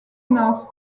nord